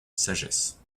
sagesse